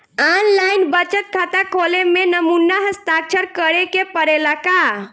आन line बचत खाता खोले में नमूना हस्ताक्षर करेके पड़ेला का?